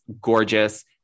gorgeous